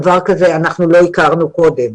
דבר שקודם לא הכרנו אותו.